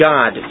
God